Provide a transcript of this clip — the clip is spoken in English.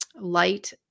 Light